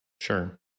Sure